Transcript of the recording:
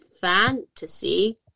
fantasy